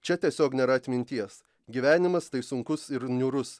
čia tiesiog nėra atminties gyvenimas tai sunkus ir niūrus